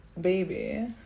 baby